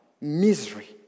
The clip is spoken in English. misery